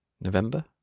November